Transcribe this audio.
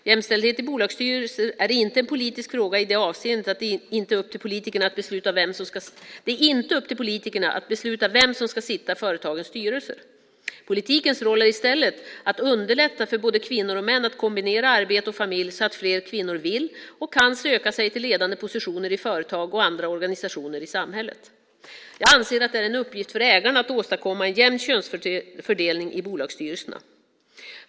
Jämställdhet i bolagsstyrelser är inte en politisk fråga i det avseendet att det inte är upp till politikerna att besluta vem som ska sitta i företagens styrelser. Politikens roll är i stället att underlätta för både kvinnor och män att kombinera arbete och familj så att fler kvinnor vill och kan söka sig till ledande positioner i företag och andra organisationer i samhället. Jag anser att det är en uppgift för ägarna att åstadkomma en jämn könsfördelning i bolagsstyrelserna.